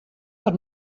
der